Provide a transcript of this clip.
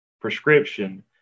prescription